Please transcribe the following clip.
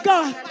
God